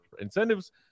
Incentives